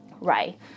right